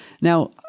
Now